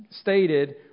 stated